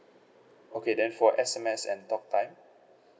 okay then for S_M_S and talk time